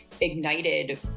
ignited